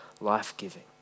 life-giving